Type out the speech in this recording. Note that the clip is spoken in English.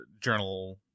journal